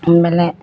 ବୋଲେ